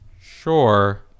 sure